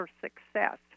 Success